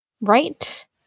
Right